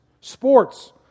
Sports